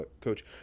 coach